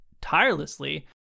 tirelessly